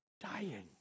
dying